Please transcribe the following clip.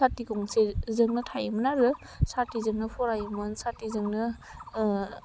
साथि गंसेजोंनो थायोमोन आरो साथिजोंनो फरायोमोन साथिजोंनो